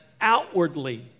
outwardly